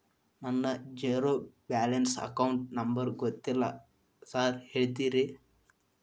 ನನ್ನ zero balance account number ಗೊತ್ತಿಲ್ಲ sir ಹೇಳ್ತೇರಿ?